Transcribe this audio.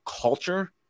culture